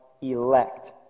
elect